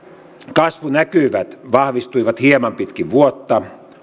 kasvunäkymät vahvistuivat hieman pitkin vuotta